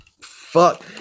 Fuck